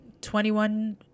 21